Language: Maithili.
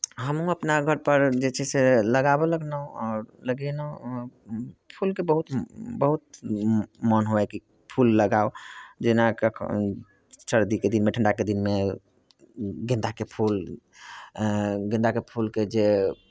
हमहूँ अपना घरपर जे छै से लगाबय लगलहुँ आओर लगेलहुँ फूलके बहुत बहुत मोन हुए कि फूल लगाउ जेना कखनहु सर्दीके दिनमे ठंडाके दिनमे गेंदाके फूल गेंदाके फूलके जे